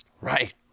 Right